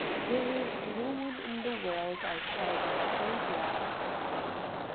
there is no one in the world i shall be so glad to see!